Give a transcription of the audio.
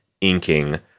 inking